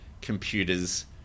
computers